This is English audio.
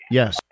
Yes